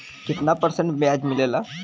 कितना परसेंट ब्याज मिलेला?